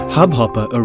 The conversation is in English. Hubhopper